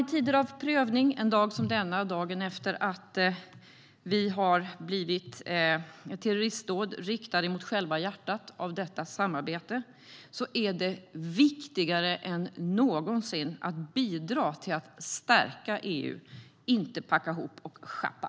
I tider av prövning, en dag som denna, dagen efter att ett terroristdåd riktats mot själva hjärtat av detta samarbete, är det viktigare än någonsin att bidra till att stärka EU, inte packa ihop och sjappa.